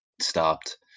stopped